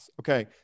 Okay